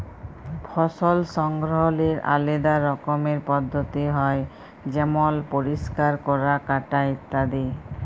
ফসল সংগ্রহলের আলেদা রকমের পদ্ধতি হ্যয় যেমল পরিষ্কার ক্যরা, কাটা ইত্যাদি